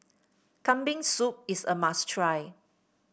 Kambing Soup is a must try